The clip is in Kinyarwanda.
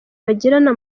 bagirana